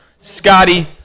Scotty